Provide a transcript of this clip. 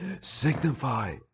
signify